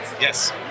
yes